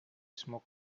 smoke